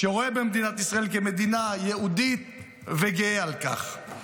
שרואה במדינת ישראל מדינה יהודית וגאה על כך.